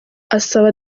asaba